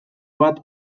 bat